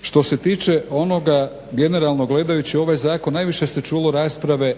Što se tiče onoga generalno gledajući ovaj zakon najviše se čulo rasprave